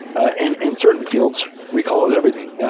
and in certain fields, recall is everything. yeah